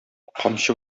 камчы